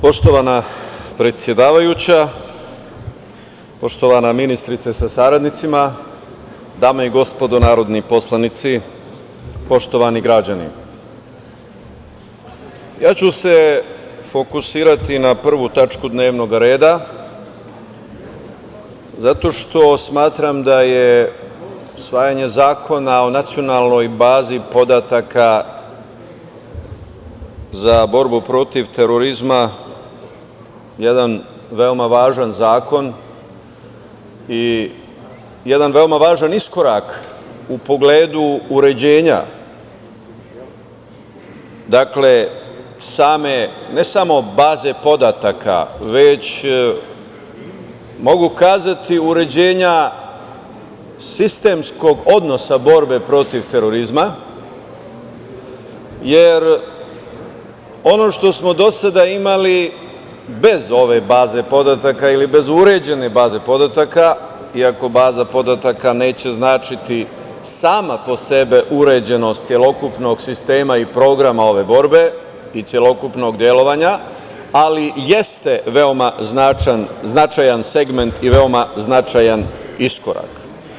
Poštovana predsedavajuća, poštovana ministrice sa saradnicima, dame i gospodo narodni poslanici, poštovani građani, ja ću se fokusirati na 1. tačku dnevnog reda, zato što smatram da je usvajanje zakona o nacionalnoj bazi podataka za borbu protiv terorizma jedan veoma važan zakon i jedan veoma važan iskorak u pogledu uređenja ne samo baze podataka, već, mogu kazati, uređenja sistemskog odnosa borbe protiv terorizma, jer ono što smo do sada imali, bez ove baze podataka ili bez uređene baze podataka, iako baza podataka neće značiti, sama po sebi, uređenost celokupnog sistema i programa ove borbe i celokupnog delovanja, ali jeste veoma značajan i veoma značajan iskorak.